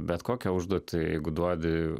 bet kokią užduotį jeigu duodi